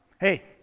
Hey